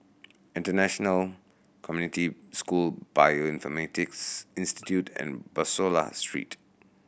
International Community School Bioinformatics Institute and Bussorah Street